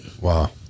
wow